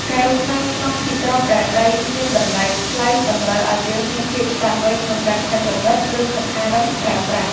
ការរស់នៅក្នុងទីក្រុងដែលដីមានតម្លៃថ្លៃតម្រូវឱ្យយើងមានភាពឆ្លាតវៃក្នុងការច្នៃប្រឌិតគ្រឿងសង្ហារិមប្រើប្រាស់។